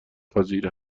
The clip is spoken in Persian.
پذیر